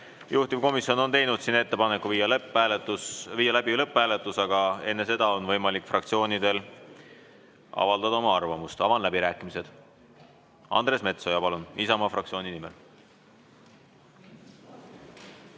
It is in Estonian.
Juhtivkomisjon on teinud ettepaneku viia läbi lõpphääletus, aga enne seda on võimalik fraktsioonidel avaldada oma arvamust. Avan läbirääkimised. Andres Metsoja, palun, Isamaa fraktsiooni nimel!